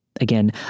Again